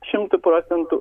šimtu procentų